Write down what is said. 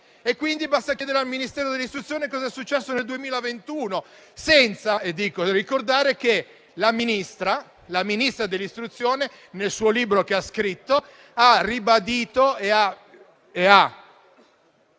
Quindi, basta chiedere al Ministero dell'istruzione cosa è successo nel 2021, senza dimenticare che la Ministra dell'istruzione, nel libro che ha scritto, ha ribadito e ha